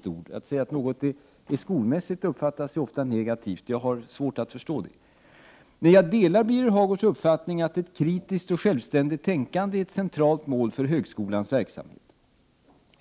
skola. Att säga att något är skolmässigt uppfattas ofta som negativt, men det har jag svårt att förstå. Däremot delar jag uppfattningen att ett kritiskt och självständigt tänkande är ett centralt mål för högskolans verksamhet.